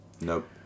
Nope